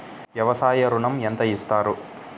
వ్యవసాయ ఋణం ఎంత ఇస్తారు?